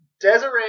Desiree